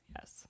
Yes